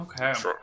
Okay